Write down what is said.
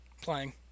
Playing